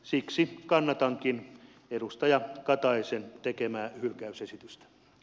siksi kannatankin edustaja kataisen tekemää hylkäysesitystä